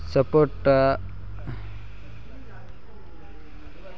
రెండు ఎకరాలు సపోట కోసేకి ఎంత మంది కూలీలు కావాలి?